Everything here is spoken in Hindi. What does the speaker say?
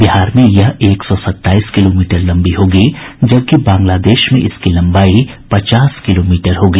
बिहार में यह एक सौ सत्ताईस किलोमीटर लंबी होगी जबकि बांग्लादेश में इसकी लंबाई पचास किलोमीटर होगी